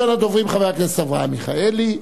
ראשון הדוברים, חבר הכנסת אברהם מיכאלי.